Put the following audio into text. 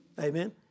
Amen